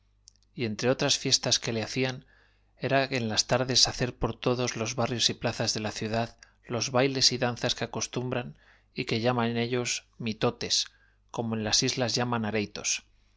y entre otras fiestas q u e l e hacían era en las tardes h a c e r por t o d o s los barrios y plazas d e la ciudad los bayles y danzas q u e acostumbran y q u e llaman ellos mitotes como e n las islas llaman a